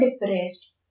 depressed